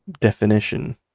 definition